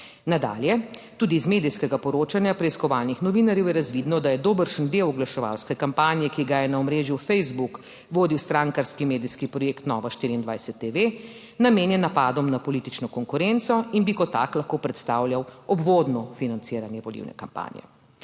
Nadalje, tudi iz medijskega poročanja preiskovalnih novinarjev je razvidno, da je dobršen del oglaševalske kampanje, ki ga je na omrežju Facebook vodil strankarski medijski projekt Nova 24 TV, namenjen napadom na politično konkurenco in bi kot tak lahko predstavljal obvodno financiranje volilne kampanje.